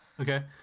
Okay